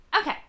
Okay